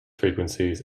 frequencies